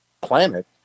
planet